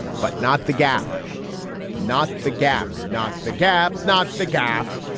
but not the gap not the gap. not the gap. not the gap.